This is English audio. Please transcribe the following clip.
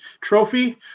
trophy